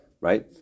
right